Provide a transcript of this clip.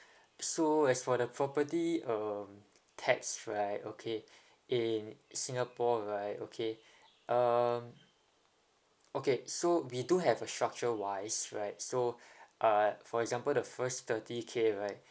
so as for the property um tax right okay in singapore right okay um okay so we do have a structure wise right so uh for example the first thirty K right